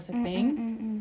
mm mm mm mm